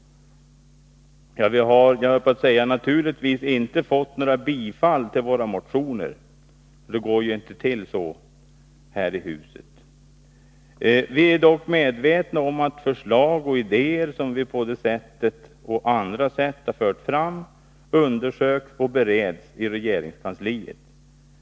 Vi har — jag höll på att säga naturligtvis — inte fått några bifall till våra motioner. Det går ju inte till så här i huset. Vi är dock medvetna om att förslag och idéer som vi på det sättet och på andra sätt har fört fram undersöks och bereds i regeringskansliet.